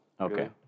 Okay